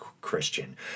Christian